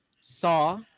Saw